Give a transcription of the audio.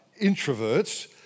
introverts